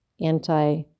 anti